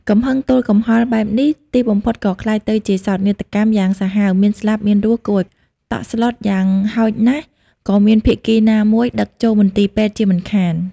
កំហឹងទល់កំហល់បែបនេះ ទីបំផុតក៏ក្លាយទៅជាសោកនាដកម្មយ៉ាងសាហាវ មានស្លាប់មានរស់គួរឲ្យតក់ស្លុត យ៉ាងហោចណាស់ ក៏មានភាគីណាមួយដឹកចូលមន្ទីរពេទ្យជាមិនខាន ។